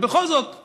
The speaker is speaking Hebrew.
אבל בכל זאת חשוב.